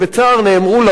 נאמרו לריק,